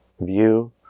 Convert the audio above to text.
view